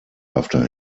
after